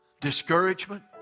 discouragement